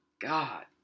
God